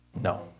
No